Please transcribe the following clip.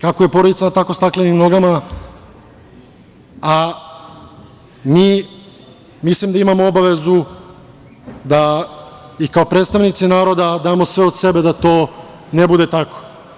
Kako je porodica na tako staklenim nogama, a mi mislim da imamo obavezu da i kao predstavnici naroda damo sve od sebe da to ne bude tako.